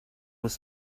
was